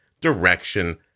direction